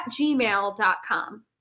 gmail.com